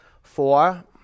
Four